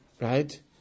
right